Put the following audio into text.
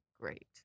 great